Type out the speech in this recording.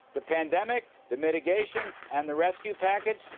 the pandemic, the mitigation and the rescue package,